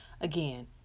again